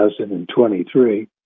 2023